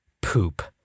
Poop